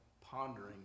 pondering